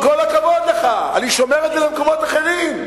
עם כל הכבוד לך, אני שומר את זה למקומות אחרים.